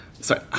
sorry